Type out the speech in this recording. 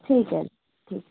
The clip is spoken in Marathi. ठीक आहे ठीक